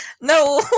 No